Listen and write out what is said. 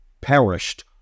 perished